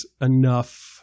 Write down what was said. enough